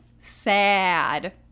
sad